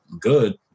good